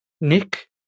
Nick